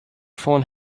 phone